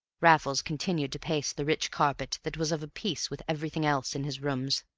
raffles continued to pace the rich carpet that was of a piece with everything else in his rooms.